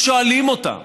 לא שואלים אותם.